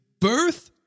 birth